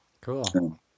Cool